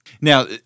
Now